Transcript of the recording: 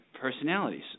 personalities